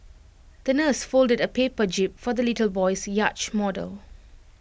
the nurse folded A paper jib for the little boy's yacht model